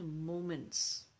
moments